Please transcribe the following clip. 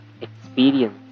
experience